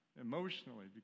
emotionally